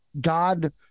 God